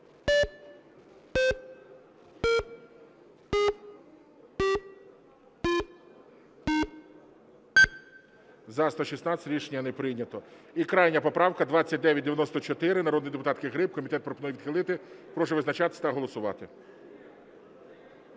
За-116 Рішення не прийнято. І крайня поправка 2994 народної депутатки Гриб. Комітет пропонує відхилити. Прошу визначатись та голосувати.